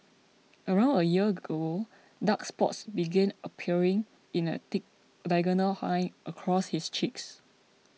around a year ago dark spots began appearing in a thick diagonal line across his cheeks